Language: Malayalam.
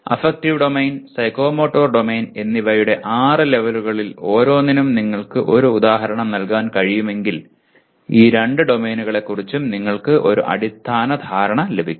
അഫക്റ്റീവ് ഡൊമെയ്ൻ സൈക്കോമോട്ടർ ഡൊമെയ്ൻ എന്നിവയുടെ ആറ് ലെവലുകളിൽ ഓരോന്നിനും നിങ്ങൾക്ക് ഒരു ഉദാഹരണം നൽകാൻ കഴിയുമെങ്കിൽ ഈ രണ്ട് ഡൊമെയ്നുകളെക്കുറിച്ചും നിങ്ങൾക്ക് ഒരു അടിസ്ഥാന ധാരണ ലഭിക്കും